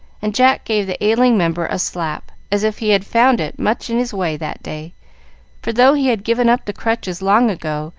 and jack gave the ailing member a slap, as if he had found it much in his way that day for, though he had given up the crutches long ago,